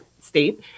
state